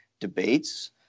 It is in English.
debates